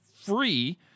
free